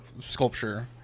sculpture